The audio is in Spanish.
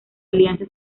alianza